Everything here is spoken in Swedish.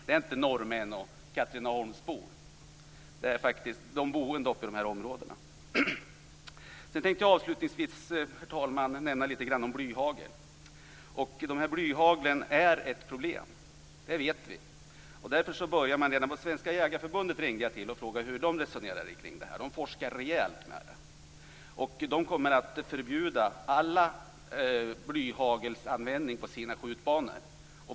Det är inte norrmän och Katrineholmsbor, utan det är faktiskt de boende uppe i de här områdena. Herr talman! Avslutningsvis tänkte jag nämna litet grand om blyhagel. Blyhagel är ett problem - det vet vi. Jag ringde till Svenska Jägareförbundet och frågade hur man där resonerar kring detta. Man forskar rejält kring det. All blyhagelanvändning kommer att förbjudas på förbundets skjutbanor.